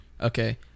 Okay